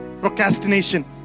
Procrastination